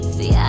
See